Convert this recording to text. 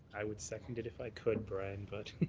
i would second it if i could, brian, but.